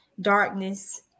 darkness